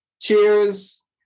Cheers